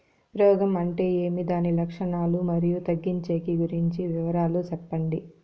రోగం అంటే ఏమి దాని లక్షణాలు, మరియు తగ్గించేకి గురించి వివరాలు సెప్పండి?